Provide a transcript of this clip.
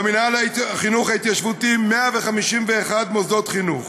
במינהל לחינוך התיישבותי 151 מוסדות חינוך,